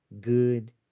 good